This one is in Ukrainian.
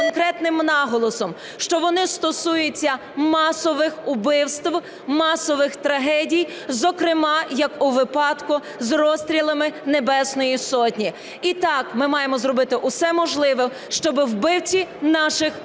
конкретним наголосом, що вони стосуються масових вбивств, масових трагедій, зокрема як у випадку з розстрілами Небесної Сотні. І так, ми маємо зробити все можливе, щоб вбивці наших Героїв